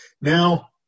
Now